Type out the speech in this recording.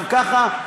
גם ככה,